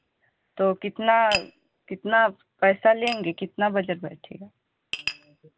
तो कितना कितना पैसा लेंगे कितना बजट बैठेगा